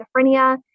Schizophrenia